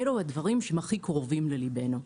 אלו הדברים שהם הכי קרובים ללבנו,